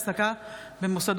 עכשיו הודעה לסגנית מזכיר הכנסת.